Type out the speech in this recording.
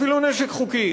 אפילו נשק חוקי,